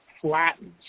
flattens